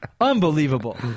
Unbelievable